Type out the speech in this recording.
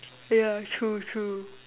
yeah true true